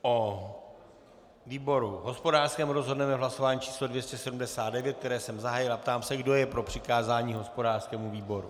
O výboru hospodářském rozhodneme v hlasování číslo 279, které jsem zahájil, a ptám se, kdo je pro přikázání hospodářskému výboru.